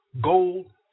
gold